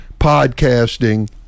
podcasting